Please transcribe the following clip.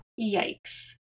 Yikes